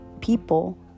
people